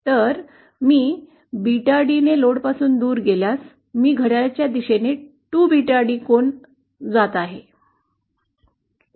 तर मी 𝜷d ला लोडपासून दूर नेल्यास मी घड्याळाच्या दिशेने 2 𝜷d कोन हलवित आहे